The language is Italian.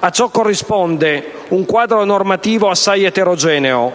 A ciò corrisponde un quadro normativo assai eterogeneo: